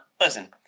listen